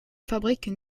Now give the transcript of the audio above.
fabrique